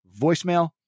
voicemail